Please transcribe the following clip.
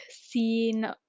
seen